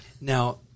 Now